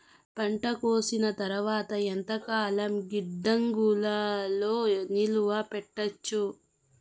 పంట కోసేసిన తర్వాత ఎంతకాలం గిడ్డంగులలో నిలువ పెట్టొచ్చు?